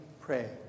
pray